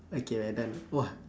okay we're done !wah!